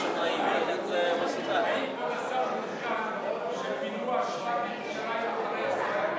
האם כבוד השר מעודכן בכך שבירושלים פינו אשפה אחרי עשרה ימים?